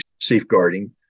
safeguarding